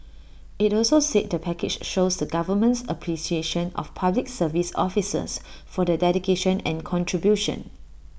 IT also said the package shows the government's appreciation of Public Service officers for their dedication and contribution